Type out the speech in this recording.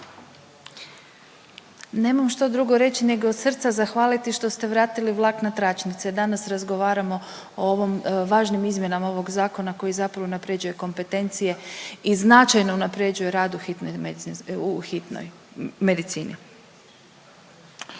Nemam što drugo reći nego od srca zahvaliti što ste vratili vlak na tračnice. Danas razgovaramo o ovom važnim izmjenama ovog zakona koji zapravo unapređuje kompetencije i značajno unapređuje rad u hitnoj medicinskoj,